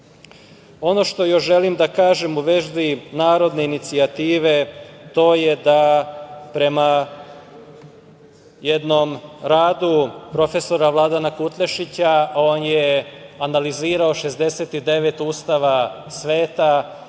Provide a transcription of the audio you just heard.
što još želim da kažem u vezi narodne inicijative, to je da prema jednom radu profesoru Vladana Kutlešića, on je analizirao 69 ustava sveta,